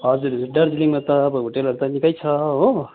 हजुर दार्जिलिङमा त अब होटेलहरू त निकै छ हो